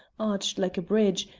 arched like a bridge,